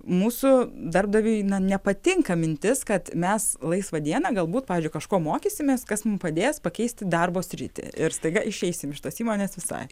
mūsų darbdaviui na nepatinka mintis kad mes laisvą dieną galbūt pavyzdžiui kažko mokysimės kas mum padės pakeisti darbo sritį ir staiga išeisim iš tos įmonės visai